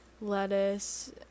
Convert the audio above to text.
lettuce